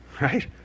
Right